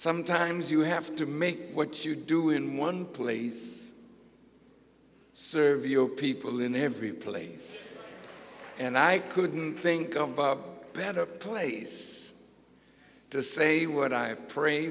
sometimes you have to make what you do in one place serve your people in every place and i couldn't think of a better place to say what i pray